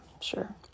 sure